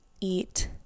eat